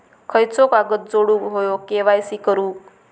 खयचो कागद जोडुक होयो के.वाय.सी करूक?